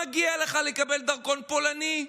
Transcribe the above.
מגיע לך לקבל דרכון פולני,